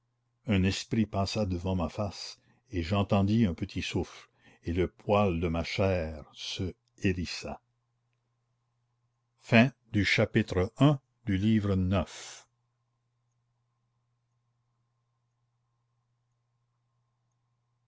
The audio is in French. un esprit passa devant ma face et j'entendis un petit souffle et le poil de ma chair se hérissa